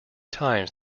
times